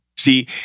See